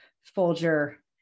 Folger